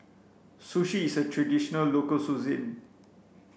Sushi is a traditional local